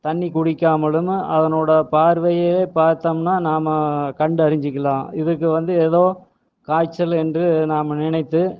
தண்ணீர் குடிக்காமலும் அதனோடய பார்வையே பார்த்தம்னா நாம் கண்டு அறிஞ்சுக்கலாம் இதுக்கு வந்து ஏதோ காய்ச்சல் என்று நாம் நினைத்து